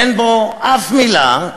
אין בו אף מילה,